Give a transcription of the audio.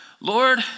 Lord